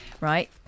right